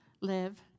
live